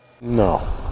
No